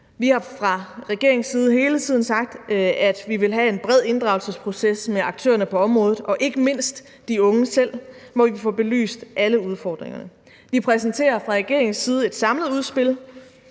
side hele tiden sagt, at vi vil have en bred inddragelsesproces med aktørerne på området og ikke mindst de unge selv, så vi kan få belyst alle udfordringerne. Vi præsenterer fra regeringens side et samlet udspil